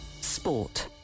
Sport